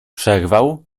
przerwał